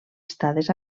estades